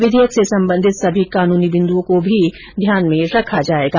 विधेयक से संबंधित सभी कानूनी बिन्दुओं को भी ध्यान में रखा जायेगा